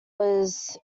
was